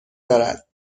دارد